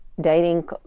dating